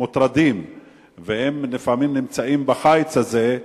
כוחות הביטחון מוטרדים.